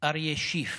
אריה שיף,